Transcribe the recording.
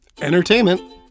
entertainment